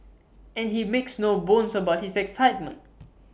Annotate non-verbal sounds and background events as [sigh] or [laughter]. and he makes no bones about his excitement [noise]